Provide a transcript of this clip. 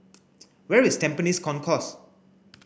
where is Tampines Concourse